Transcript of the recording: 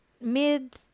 Mid